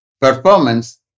performance